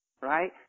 Right